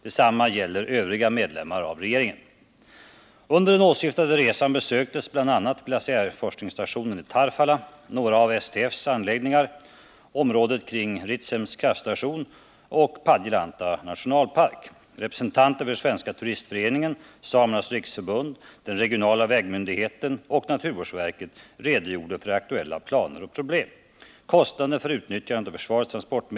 Detsamma gäller övriga medlemmar av regeringen. Under den åsyftade resan besöktes bl.a. glaciärforskningsstationen Tarfala, några av STF:s anläggningar, området kring Ritsems kraftstation och Padjelanta nationalpark. Representanter för Svenska turistföreningen, STF, Samernas riksförbund, den regionala vägmyndigheten och naturvårdsverket redogjorde för aktuella planer och problem.